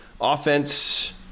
offense